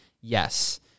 yes